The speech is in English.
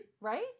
right